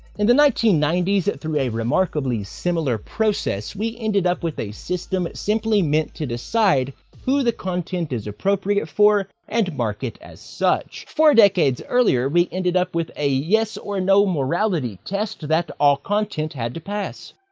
in the nineteen ninety s, through a remarkably similar process, we ended up with a system simply meant to decide who the content is appropriate for, and mark it as such. four decades earlier, we ended up with a yes or no morality test that all content had to pass.